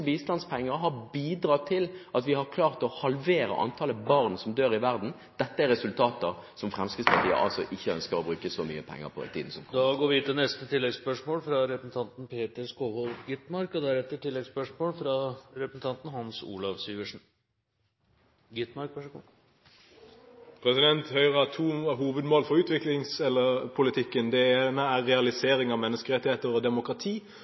bistandspenger har bidratt til at vi har klart å halvere antallet barn som dør i verden. Dette er resultater som Fremskrittspartiet altså ikke ønsker å bruke så mye penger på i tiden som kommer. Peter Skovholt Gitmark – til oppfølgingsspørsmål. Høyre har to hovedmål for utviklingspolitikken, det ene er realisering av menneskerettigheter og